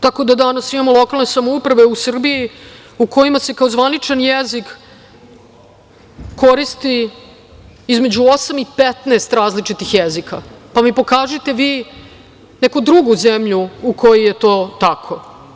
Danas imamo lokalne samouprave u Srbiji u kojima se kao zvaničan jezik koristi između osam i 15 različitih jezika, pa mi pokažite vi neku drugu zemlju u kojoj je to tako.